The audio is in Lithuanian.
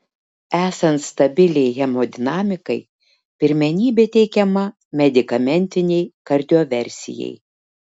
esant stabiliai hemodinamikai pirmenybė teikiama medikamentinei kardioversijai